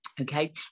okay